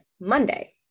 monday